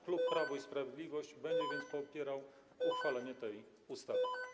Klub Prawo i Sprawiedliwość będzie więc popierał uchwalenie tej ustawy.